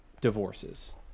divorces